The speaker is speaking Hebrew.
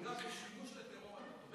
הוא לא היה בשימוש בחוק הטרור קודם?